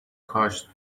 کاشت